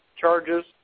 charges